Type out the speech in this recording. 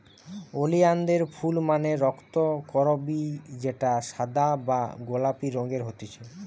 ওলিয়ানদের ফুল মানে রক্তকরবী যেটা সাদা বা গোলাপি রঙের হতিছে